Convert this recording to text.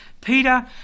Peter